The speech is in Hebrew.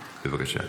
זהו, אני מבקש ממך.